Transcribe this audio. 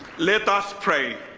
let us pray.